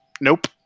Nope